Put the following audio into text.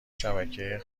شبکه